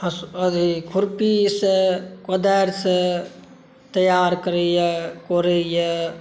हस अथी खुरपीसॅं कोदारिसॅं तैआर करैया यऽ कोरैया